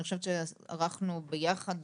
אני חושבת שערכנו ביחד,